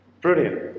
brilliant